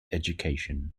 education